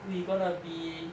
we gonna be